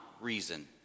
reason